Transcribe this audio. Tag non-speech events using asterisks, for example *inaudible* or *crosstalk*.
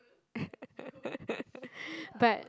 *laughs* but